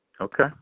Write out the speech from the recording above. Okay